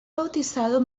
bautizado